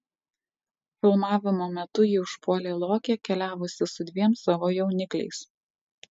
filmavimo metu jį užpuolė lokė keliavusi su dviem savo jaunikliais